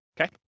okay